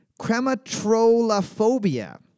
Crematrolophobia